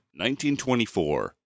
1924